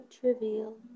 trivial